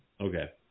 Okay